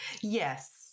Yes